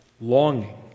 longing